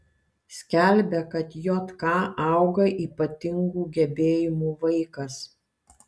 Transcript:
skelbia kad jk auga ypatingų gebėjimų vaikas